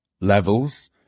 levels